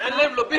אין להם לוביסטים?